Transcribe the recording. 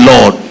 Lord